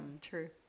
true